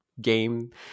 game